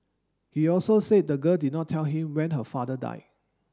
he also said the girl did not tell him when her father died